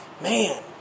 man